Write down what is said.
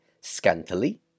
scantily